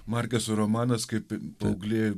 markeso romanas kaip paauglė